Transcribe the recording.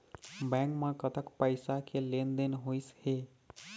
Bank म कतक पैसा के लेन देन होइस हे?